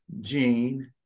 Gene